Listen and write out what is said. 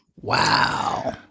Wow